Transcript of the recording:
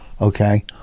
okay